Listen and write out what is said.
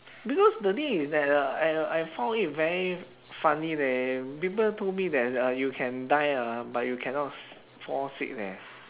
because the thing is that uh I uh I found it very funny leh people told me that uh you can die ah but you cannot s~ fall sick leh